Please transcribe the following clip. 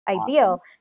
ideal